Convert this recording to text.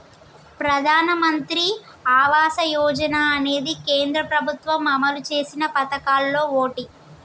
ప్రధానమంత్రి ఆవాస యోజన అనేది కేంద్ర ప్రభుత్వం అమలు చేసిన పదకాల్లో ఓటి